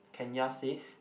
Kenya safe